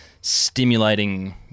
stimulating